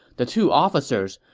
the two officers,